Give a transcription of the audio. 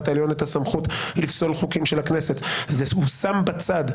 העליון את הסמכות לפסול חוקים של הכנסת זה הושם בצד.